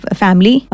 family